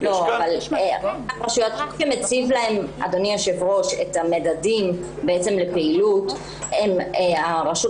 מי שמציב להם את המדדים לפעילות זה הרשות